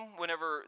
whenever